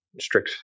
strict